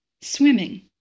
Swimming